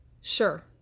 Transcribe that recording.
Sure